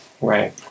Right